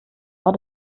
war